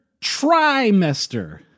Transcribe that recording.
trimester